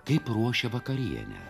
kaip ruošia vakarienę